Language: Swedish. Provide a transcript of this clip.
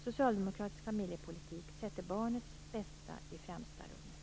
Socialdemokratisk familjepolitik sätter barnets bästa i främsta rummet.